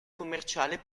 commerciale